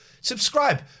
Subscribe